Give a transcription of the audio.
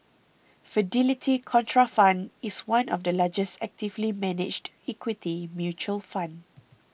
Fidelity Contrafund is one of the largest actively managed equity mutual fund